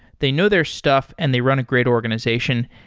they know their stuff and they run a great organization.